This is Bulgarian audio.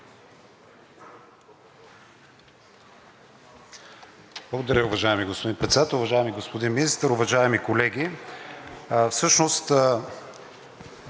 Благодаря, уважаеми господин Председател. Уважаеми господин Министър, уважаеми колеги!